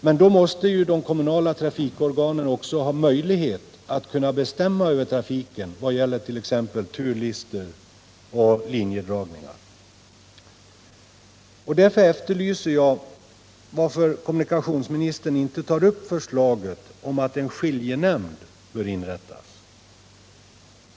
Men då måste de kommunala trafikorganen också ha möjlighet att kunna bestämma över trafiken i vad gäller t.ex. turlistor och linjedragningar. Och därför efterlyser jag ett svar på varför kommunikationsministern inte tar upp förslaget att en skiljenämnd inrättas.